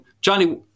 Johnny